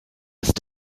ist